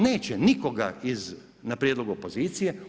Neće nikoga na prijedlog opozicije.